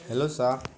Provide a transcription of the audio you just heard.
hello sir